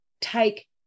take